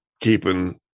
keeping